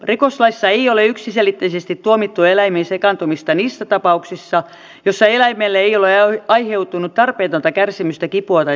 rikoslaissa ei ole yksiselitteisesti tuomittu eläimiin sekaantumista niissä tapauksissa joissa eläimelle ei ole aiheutunut tarpeetonta kärsimystä kipua tai tuskaa